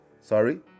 sorry